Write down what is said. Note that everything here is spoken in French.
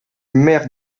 maire